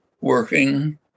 working